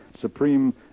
Supreme